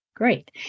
Great